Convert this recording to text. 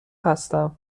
هستم